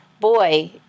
boy